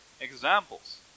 examples